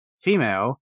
female